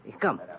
Come